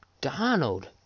Donald